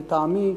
לטעמי,